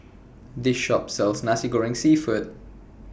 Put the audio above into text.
This Shop sells Nasi Goreng Seafood